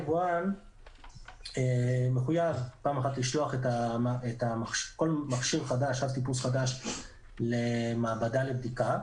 יבואן מחויב פעם אחת לשלוח כל אב טיפוס חדש למעבדה לבדיקה.